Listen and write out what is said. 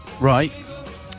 Right